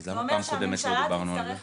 אז למה בפעם הקודמת לא דיברנו על זה?